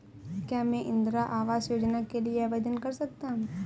क्या मैं इंदिरा आवास योजना के लिए आवेदन कर सकता हूँ?